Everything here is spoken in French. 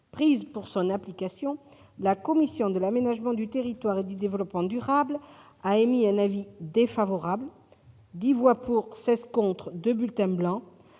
prises pour son application, la commission de l'aménagement du territoire et du développement durable a émis un avis défavorable- 10 voix pour, 16 voix contre, 2 bulletins blancs